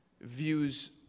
views